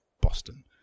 Boston